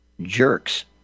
jerks